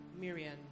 Miriam